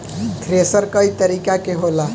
thresher कई तरीका के होला